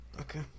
okay